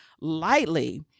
lightly